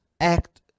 act